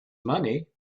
money